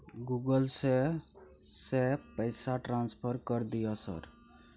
Google से से पैसा ट्रांसफर कर दिय सर?